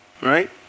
Right